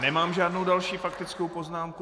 Nemám žádnou další faktickou poznámku.